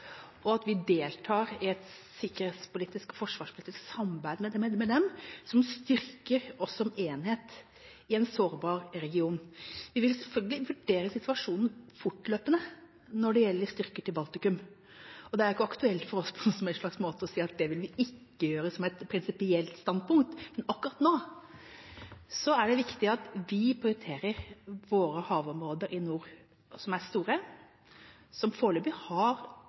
og at vi deltar i et sikkerhetspolitisk og forsvarspolitisk samarbeid med dem som styrker oss som enhet i en sårbar region. Vi vil selvfølgelig vurdere situasjonen fortløpende når det gjelder styrker til Baltikum, og det er jo ikke aktuelt for oss på noen som helst slags måte å si at det vil vi ikke gjøre, som et prinsipielt standpunkt. Men akkurat nå er det viktig at vi prioriterer våre havområder i nord, som er store, og som foreløpig har